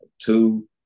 Two